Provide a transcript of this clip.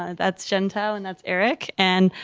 and that's gentile, and that's eric. and